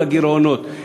חיסול הגירעונות,